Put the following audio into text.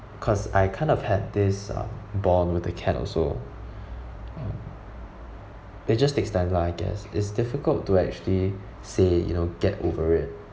cause I kind of had this um bond with the cat also it just takes time lah I guess it's difficult to actually say you know get over it